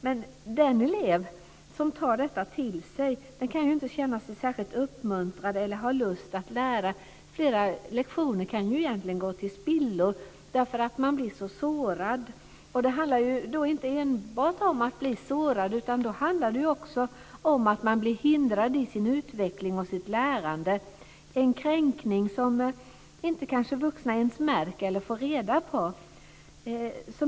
Men den elev som tar detta till sig kan ju inte känna sig särskilt uppmuntrad eller ha lust att lära. Flera lektioner kan egentligen gå till spillo därför att man blir så sårad. Det handlar då inte enbart om att bli sårad utan också om att bli hindrad i sin utveckling och sitt lärande, en kränkning som vuxna kanske inte ens märker eller får reda på.